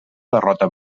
derrota